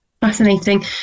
fascinating